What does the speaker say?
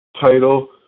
title